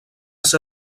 ser